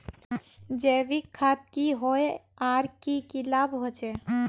जैविक खाद की होय आर की की लाभ होचे?